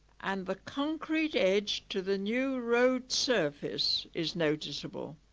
and the concrete edge to the new road surface is noticeable